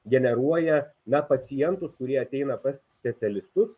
generuoja na pacientus kurie ateina pas specialistus